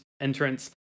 entrance